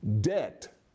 debt